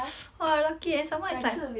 !wah! I lucky eh some more it's like